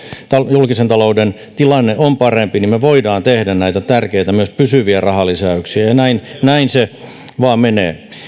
julkisen talouden tilanne on parempi niin me voimme tehdä näitä tärkeitä myös pysyviä rahalisäyksiä näin näin se vain menee